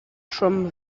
trwm